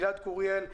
גלעד קוריאט,